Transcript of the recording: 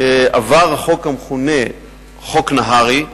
עבר החוק המכונה "חוק נהרי",